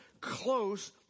close